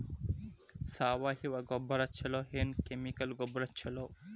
ಸಾವಯವ ಗೊಬ್ಬರ ಛಲೋ ಏನ್ ಕೆಮಿಕಲ್ ಗೊಬ್ಬರ ಛಲೋ?